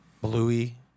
Bluey